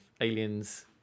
aliens